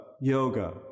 yoga